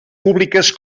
públiques